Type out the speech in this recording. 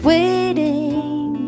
Waiting